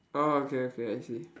oh okay okay I see